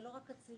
זה לא רק הצילום.